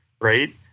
right